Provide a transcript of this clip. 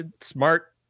smart